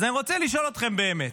אז אני רוצה לשאול אתכם באמת: